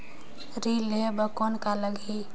ऋण लेहे बर कौन का लगही?